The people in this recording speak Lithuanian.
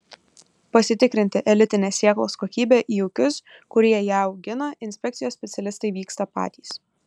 pasitikrinti elitinės sėklos kokybę į ūkius kurie ją augina inspekcijos specialistai vyksta patys